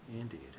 Indeed